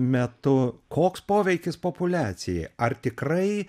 metu koks poveikis populiacijai ar tikrai